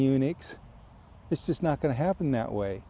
unix is just not going to happen that way